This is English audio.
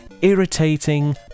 irritating